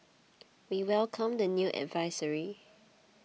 we welcomed the new advisory